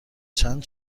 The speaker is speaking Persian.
چند